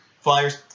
Flyers –